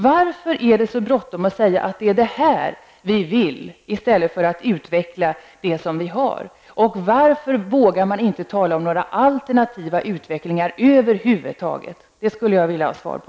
Varför är det så bråttom att säga att det är det här vi vill i stället för att utveckla det som vi har? Varför vågar man inte tala om några alternativa utvecklingar över huvud taget? Det skulle jag vilja ha svar på.